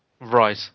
Right